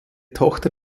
tochter